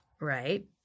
Right